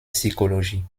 psychologie